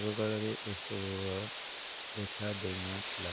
ଆଗକାଳରେ ଏସବୁର ଦେଖା ଦେଇନଥିଲା